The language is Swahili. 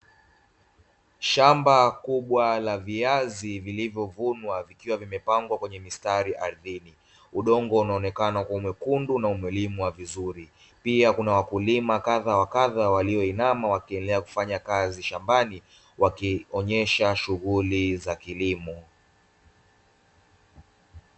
Shamba kubwa la viazi vilivyovunwa vikiwa vimepangwa kwenye mistari ardhini. Udongo unaonekana kuwa mwekundu na umelimwa vizuri pia kuna wakulima kadha wa kadha walioinama, wakiendelea kufanya kazi shambani wakionyesha shughuli za kilimo.